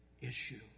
issue